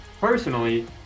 personally